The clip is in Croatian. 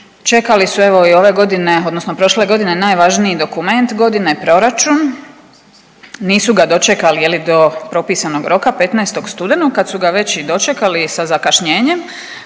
Čekali su evo i ove godine, odnosno prošle godine najvažniji dokument godine proračun. Nisu ga dočekali je li do propisanog roka 15. studenog kad su ga već i dočekali sa zakašnjenjem